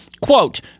Quote